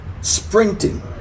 Sprinting